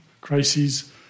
crises